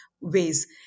ways